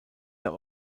aber